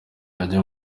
ajya